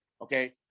Okay